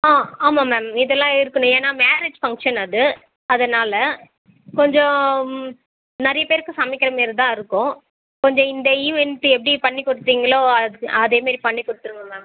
ஆ ஆமாம் மேம் இதெலாம் இருக்கணும் ஏனால் மேரேஜ் ஃபங்க்ஷன் அது அதனாலே கொஞ்சம் நிறைய பேருக்கு சமைக்கிற மாரி தான் இருக்கும் கொஞ்சம் இந்த ஈவெண்ட்டு எப்படி பண்ணிக் கொடுத்தீங்களோ அதுக்கு அதே மாரி பண்ணிக் கொடுத்துருங்க மேம்